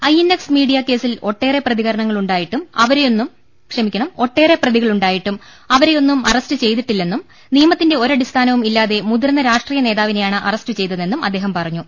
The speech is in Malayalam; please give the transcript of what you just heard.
ഐ എൻ എക്സ് മീഡിയാ കേസിൽ ഒട്ടേറെ പ്രതികളുണ്ടാ യിട്ടും അവരെയൊന്നും അറസ്റ്റ് ചെയ്തിട്ടില്ലെന്നും നിയമത്തിന്റെ ഒരടിസ്ഥാനവും ഇല്ലാതെ മുതിർന്ന രാഷ്ട്രീയ നേതാവിനെയാണ് അറസ്റ്റു ചെയ്തതെന്നും അദ്ദേഹം പറഞ്ഞു